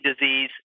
disease